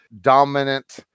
dominant